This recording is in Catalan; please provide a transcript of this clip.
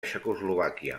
txecoslovàquia